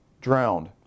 drowned